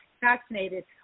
vaccinated